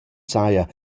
saja